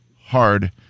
hard